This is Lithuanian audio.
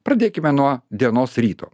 pradėkime nuo dienos ryto